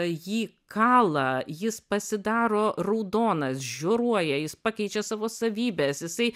jį kalą jis pasidaro raudonas žioruoja jis pakeičia savo savybes jisai